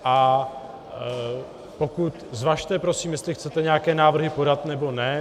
A zvažte prosím, jestli chcete nějaké návrhy podat, nebo ne.